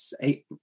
eight